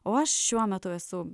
o aš šiuo metu esu